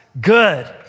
Good